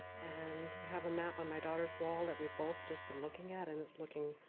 and we have a map on my daughter's wall that we've both just been looking at, and it's looking